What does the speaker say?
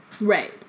Right